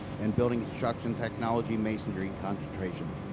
and building construction technology, masonry concentration.